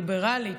ליברלית,